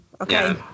Okay